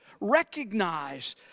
Recognize